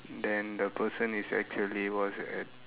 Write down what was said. then the person is actually was at